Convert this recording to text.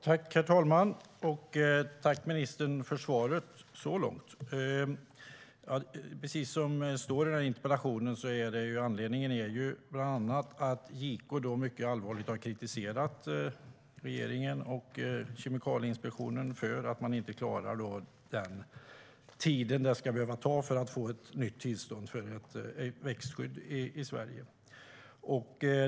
Herr talman! Jag tackar ministern för svaret så här långt. Precis som det står i interpellationen är anledningen bland annat att JK mycket allvarligt har kritiserat regeringen och Kemikalieinspektionen för att man inte klarar den tid det ska ta att få ett nytt tillstånd för ett växtskydd i Sverige.